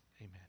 Amen